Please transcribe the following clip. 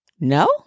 No